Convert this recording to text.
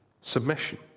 submission